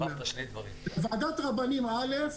לוועדת רבנים א'